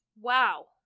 Wow